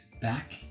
back